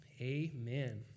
Amen